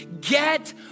get